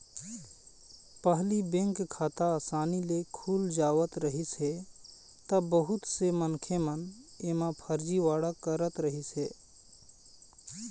पहिली बेंक खाता असानी ले खुल जावत रहिस हे त बहुत से मनखे मन एमा फरजीवाड़ा करत रहिस हे